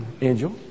Angel